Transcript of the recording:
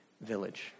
village